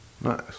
nice